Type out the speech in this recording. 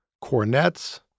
cornets